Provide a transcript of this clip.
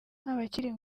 abakiri